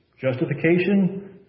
justification